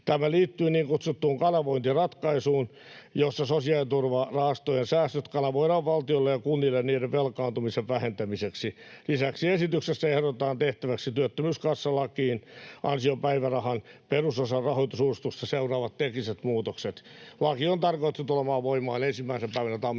Tämä liittyy niin kutsuttuun kanavointiratkaisuun, jossa sosiaaliturvarahastojen säästöt kanavoidaan valtiolle ja kunnille niiden velkaantumisen vähentämiseksi. Lisäksi esityksessä ehdotetaan tehtäväksi työttömyyskassalakiin ansiopäivärahan perusosan rahoitusuudistusta seuraavat tekniset muutokset. Laki on tarkoitettu tulemaan voimaan 1. päivänä tammikuuta 2025.